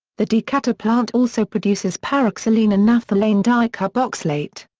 the decatur plant also produces paraxylene and naphthalene dicarboxlate.